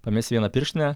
pamesi vieną pirštinę